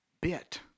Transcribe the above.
bit